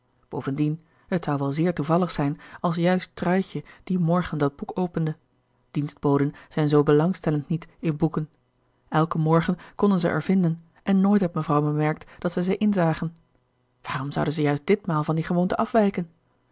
bovendien het zou wel zeer toevallig zijn als juist truitje dien morgen dat boek opende dienstboden zijn zoo belangstellend niet in boeken elken morgen konden zij er vinden en nooit had mevrouw bemerkt dat zij ze inzagen waarom zouden zij juist ditmaal van die gewoonte afwijken